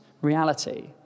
reality